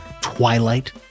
twilight